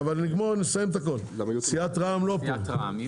סיעת רע"ם לא פה.